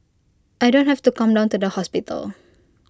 I don't have to come down to the hospital